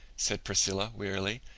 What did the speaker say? said priscilla wearily,